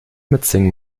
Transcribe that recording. mitsingen